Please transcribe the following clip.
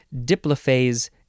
diplophase